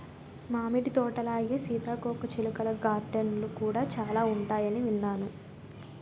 మామిడి తోటలాగే సీతాకోకచిలుకల గార్డెన్లు కూడా చాలా ఉంటాయని విన్నాను